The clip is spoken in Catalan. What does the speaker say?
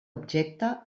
objecte